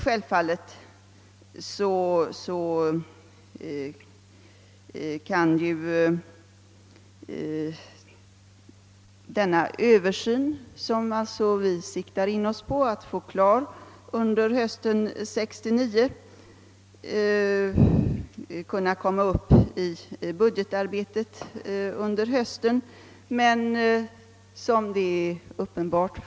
Självfallet kan denna översyn, som vi siktar in oss på att få klar under hösten 1969, leda till att frågan då kommer upp i budgetarbetet.